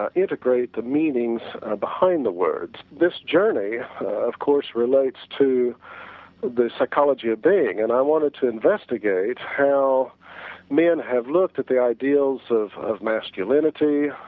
ah integrate the meanings behind the words. this journey of course relates to the psychology of being, and i wanted to investigate how man have looked at the ideals of of masculinity